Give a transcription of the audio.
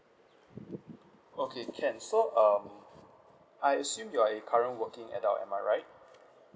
okay can so um I assume you're a current working adult am I right